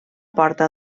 porta